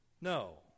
No